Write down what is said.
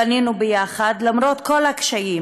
בנינו יחד למרות כל הקשיים.